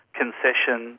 concession